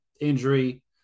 injury